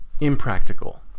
impractical